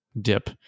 dip